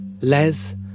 Les